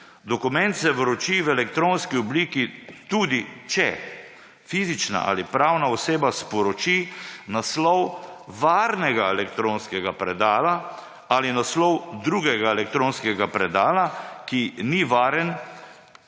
»Dokument se vroči v elektronski obliki, tudi če fizična ali pravna oseba sporoči naslov varnega elektronskega predala ali naslov drugega elektronskega predala, ki ni varen